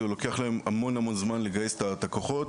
לוקח להם המון-המון זמן לגייס את הכוחות,